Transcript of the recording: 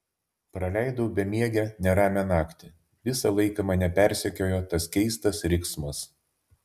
praleidau bemiegę neramią naktį visą laiką mane persekiojo tas keistas riksmas